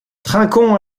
trinquons